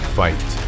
fight